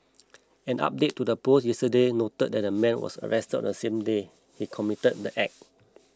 an update to the post yesterday noted that the man was arrested on the same day he committed the act